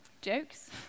jokes